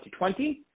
2020